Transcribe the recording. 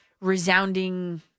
resounding